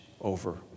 over